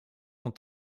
ont